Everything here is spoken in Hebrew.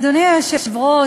אדוני היושב-ראש,